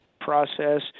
process